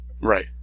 Right